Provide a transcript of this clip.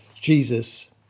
Jesus